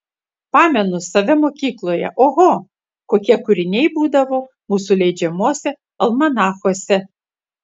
pamenu save mokykloje oho kokie kūriniai būdavo mūsų leidžiamuose almanachuose